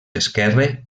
esquerre